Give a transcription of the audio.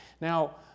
Now